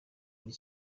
muri